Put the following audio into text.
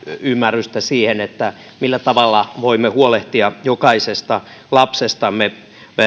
ymmärrystä siihen millä tavalla voimme huolehtia jokaisesta lapsestamme